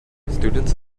students